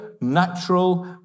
natural